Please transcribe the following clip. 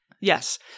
Yes